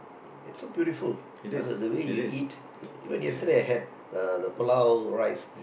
it's so beautiful uh the way you eat even yesterday I had the rice